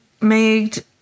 made